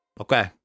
Okay